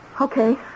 Okay